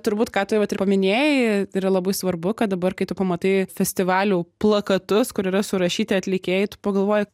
turbūt ką tu vat ir paminėjai tai yra labai svarbu kad dabar kai tu pamatai festivalių plakatus kur yra surašyti atlikėjai tu pagalvoji